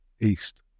east